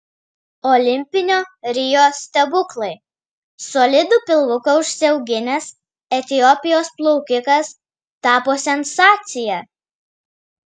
olimpinio rio stebuklai solidų pilvuką užsiauginęs etiopijos plaukikas tapo sensacija